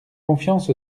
confiance